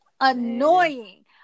annoying